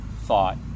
thought